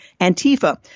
Antifa